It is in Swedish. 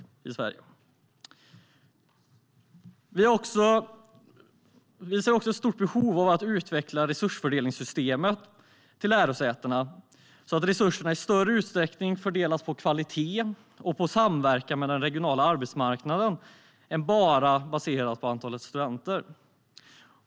Vi ser också ett stort behov av att utveckla resursfördelningssystemet för lärosätena, så att resurserna i större utsträckning fördelas efter kvalitet och samverkan med den regionala arbetsmarknaden och inte bara baseras på antalet studenter.